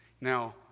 Now